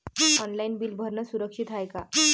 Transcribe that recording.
Online bill भरनं सुरक्षित हाय का?